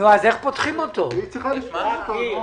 אז למה להכניס עוד קריטריון?